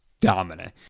dominant